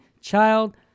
child